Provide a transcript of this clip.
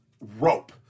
rope